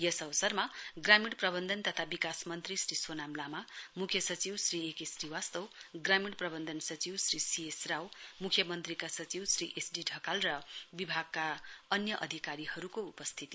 यस अवसरमा ग्रामीण प्रवन्धन तथा विकास मन्त्री श्री सोनाम लामा मुख्य सचिव श्री ए के श्रीवास्तव ग्रामीण प्रवन्धन सचिव श्री सी एस राव मुख्य मन्त्रीका सचिव श्री एसडी ढकाल र विभागका अन्य अधिकारीहरुको उपस्थिती थियो